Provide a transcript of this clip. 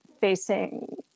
facing